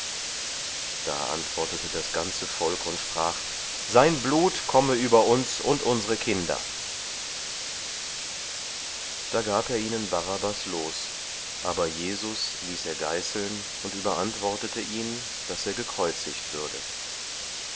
da antwortete das ganze volk und sprach sein blut komme über uns und unsere kinder da gab er ihnen barabbas los aber jesus ließ er geißeln und überantwortete ihn daß er gekreuzigt würde